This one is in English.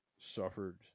suffered